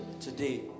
Today